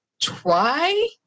try